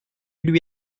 lui